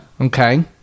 Okay